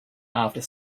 after